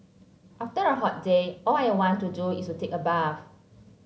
after a hot day all I want to do is to take a bath